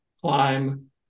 climb